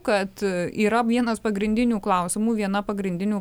kad yra vienas pagrindinių klausimų viena pagrindinių